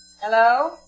Hello